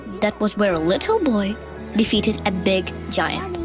that was where a little boy defeated a big giant.